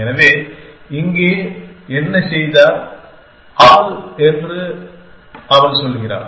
எனவே இங்கே என்ன செய்தார் என்று அவள் என்ன சொல்கிறாள்